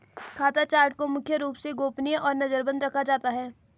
खाता चार्ट को मुख्य रूप से गोपनीय और नजरबन्द रखा जाता है